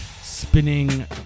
spinning